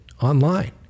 online